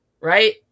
Right